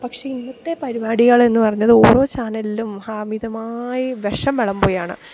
പക്ഷേ ഇന്നത്തെ പരിപാടികളെന്നു പറഞ്ഞത് ഓരോ ചാനലിലും അമിതമായി വിഷം വിളമ്പുകയാണ്